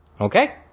Okay